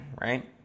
right